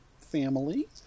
family